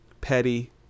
petty